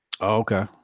Okay